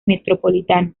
metropolitano